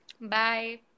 Bye